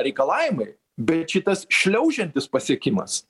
reikalavimai bet šitas šliaužiantis pasiekimas